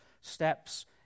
steps